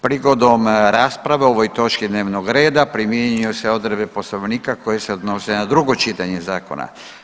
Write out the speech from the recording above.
Prigodom rasprave o ovoj točki dnevnog reda primjenjuju se odredbe Poslovnika koje se odnose na drugo čitanje zakona.